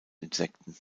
insekten